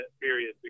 period